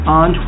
on